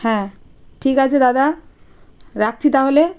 হ্যাঁ ঠিক আছে দাদা রাখছি তাহলে